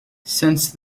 since